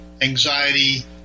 anxiety